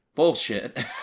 Bullshit